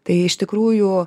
tai iš tikrųjų